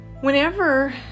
whenever